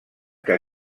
que